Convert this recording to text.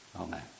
Amen